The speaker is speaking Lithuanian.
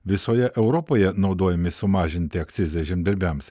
visoje europoje naudojami sumažinti akcizą žemdirbiams